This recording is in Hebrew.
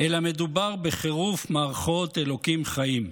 אלא מדובר בחירוף מערכות אלוקים חיים.